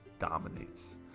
dominates